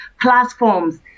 platforms